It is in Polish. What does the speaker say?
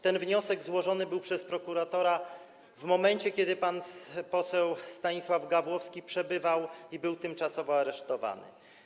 Ten wniosek złożony był przez prokuratora w momencie, kiedy pan poseł Stanisław Gawłowski przebywał... był tymczasowo aresztowany.